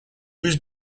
was